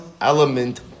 element